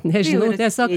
nežinau tiesiog